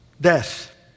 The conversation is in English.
death